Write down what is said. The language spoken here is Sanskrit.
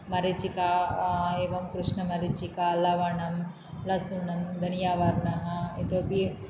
मरीचिका एवं कृष्णमरीचिका लवणं लसुनं धनियावर्णः इतोपि